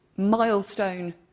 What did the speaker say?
milestone